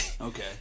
Okay